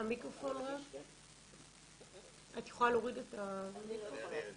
אני רוצה לדבר על הפן של היצירה על ידי יוצרים עם מוגבלויות,